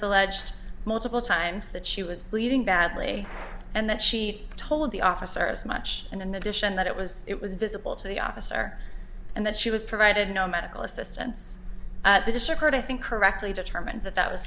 alleged multiple times that she was bleeding badly and that she told the officer as much and in addition that it was it was visible to the officer and that she was provided no medical assistance at the disregard i think correctly determined that that was